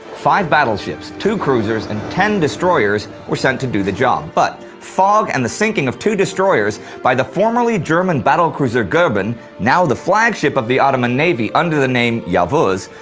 five battleships, two cruisers, and ten destroyers were sent to do the job, but fog and the sinking of two destroyers by the formerly german battle cruiser goeben, now the flagship of the ottoman navy under the name yavuz,